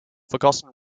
forgotten